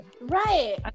right